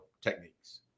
techniques